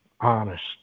honest